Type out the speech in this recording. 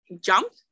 jump